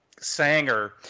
Sanger